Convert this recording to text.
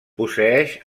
posseeix